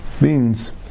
beans